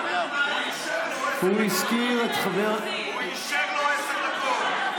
הוא אישר לו עשר דקות.